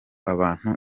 abantu